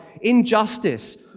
injustice